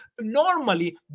normally